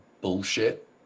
bullshit